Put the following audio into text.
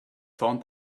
found